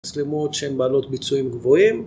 מצלמות שהן בעלות ביצועים גבוהים